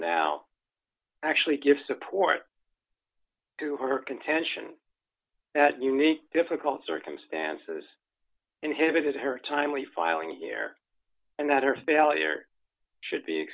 now actually give support to her contention that unique difficult circumstances inhibited her timely filing here and that her failure should be